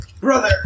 Brother